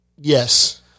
yes